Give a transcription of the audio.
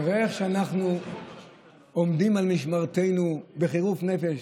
תראה איך אנחנו עומדים על משמרתנו בחירוף נפש.